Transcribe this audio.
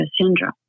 syndrome